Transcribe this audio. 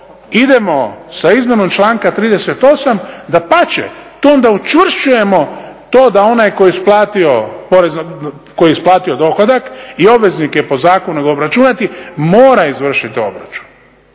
idemo sa izmjenom članka 38. dapače to onda učvršćujemo to da onaj tko je isplatio dohodak i obveznik je po zakonu …/Govornik se ne razumije./… mora izvršiti obračun.